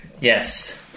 yes